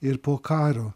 ir po karo